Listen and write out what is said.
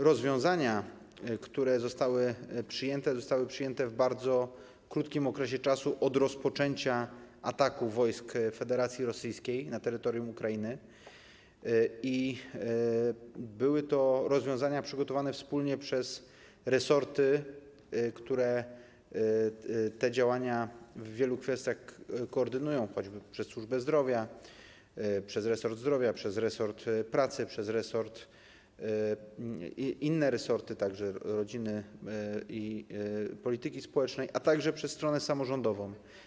Rozwiązania, które zostały przyjęte, zostały przyjęte w bardzo krótkim czasie od rozpoczęcia ataku wojsk Federacji Rosyjskiej na terytorium Ukrainy i były to rozwiązania przygotowane wspólnie przez resorty, które te działania w wielu kwestiach koordynują, choćby przez służbę zdrowia, przez resort zdrowia, przez resort pracy, przez inne resorty, także rodziny i polityki społecznej, a także przez stronę samorządową.